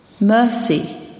mercy